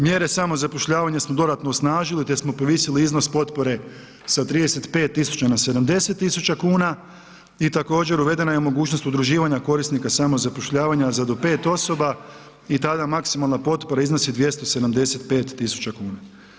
Mjere samozapošljavanja smo dodatno osnažili te smo povisili iznos potpore sa 35.000 na 70.000 kuna i također uvedena je mogućnost udruživanja korisnika samozapošljavanja za do 5 osoba i tada maksimalna potpora iznosi 275.000 kuna.